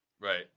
right